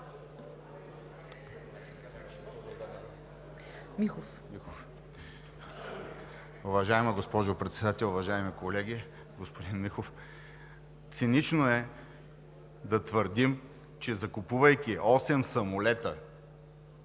(Воля): Уважаема госпожо Председател, уважаеми колеги! Господин Михов, цинично е да твърдим, че, закупувайки осем самолета,